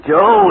Joe